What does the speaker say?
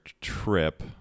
trip